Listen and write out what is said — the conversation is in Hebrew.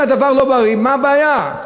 אם הדבר לא בריא, מה הבעיה?